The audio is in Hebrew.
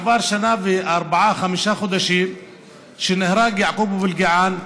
עברו שנה וארבעה-חמישה חודשים מאז שנהרג יעקוב אבו אלקיעאן,